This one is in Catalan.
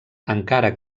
encara